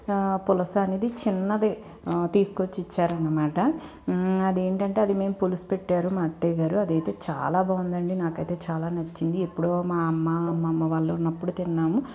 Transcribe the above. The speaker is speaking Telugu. పులస అనేది చిన్నదే తీసుకొచ్చి ఇచ్చారనమాట అదేంటంటే అది మేము పులుసు పెట్టారు మా అత్తయ్య గారు అదైతే చాలా బాగుందండి నాకైతే నచ్చింది ఎప్పుడో మా అమ్మ మా అమ్మమ్మ వాళ్ళు ఉన్నప్పుడు తిన్నాము